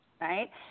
Right